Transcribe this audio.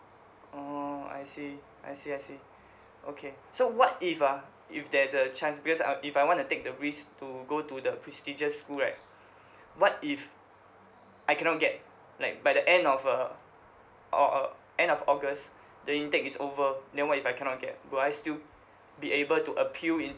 orh I see I see I see okay so what if ah if there's a chance because I if I want to take the risk to go to the prestigious school right what if I cannot get like by the end of a or uh end of august the intake is over then what if I cannot get will I still be able to appeal into